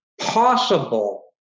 possible